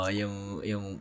yung